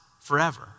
forever